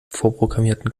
vorprogrammierten